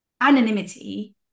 anonymity